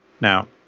Now